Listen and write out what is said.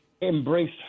embrace